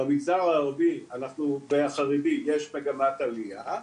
במגזר הערבי והחרדי יש מגמת עלייה,